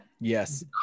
Yes